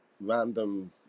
random